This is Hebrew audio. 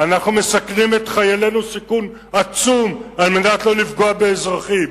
אנחנו מסכנים את חיילינו סיכון עצום כדי לא לפגוע באזרחים,